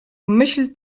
myśl